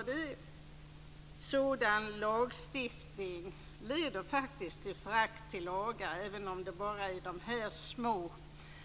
En sådan lagstiftning leder faktiskt till förakt för lagar även om det bara rör de här små